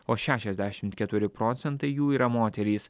o šešiasdešimt keturi procentai jų yra moterys